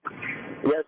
Yes